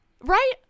right